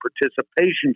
participation